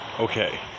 Okay